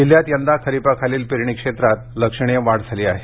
जिल्ह्यात यंदा खरिपाखालील पेरणी क्षेत्रात लक्षणीय वाढ झाली आहे